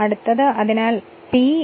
അതിനാൽ P 120 fns